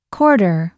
Quarter